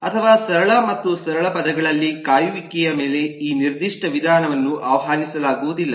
ಅಥವಾ ಸರಳ ಮತ್ತು ಸರಳ ಪದಗಳಲ್ಲಿ ಕಾಯುವಿಕೆಯ ಮೇಲೆ ಈ ನಿರ್ದಿಷ್ಟ ವಿಧಾನವನ್ನು ಆಹ್ವಾನಿಸಲಾಗುವುದಿಲ್ಲ